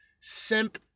Simp